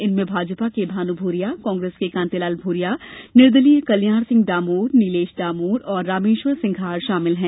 इनमें भाजपा के भानु भूरिया कांग्रेस के कांतिलाल भूरिया निर्दलीय कल्याण सिंह डामोर नीलेश डामोर और रामेश्वर सिंघार शामिल हैं